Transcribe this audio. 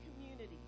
community